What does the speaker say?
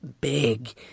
big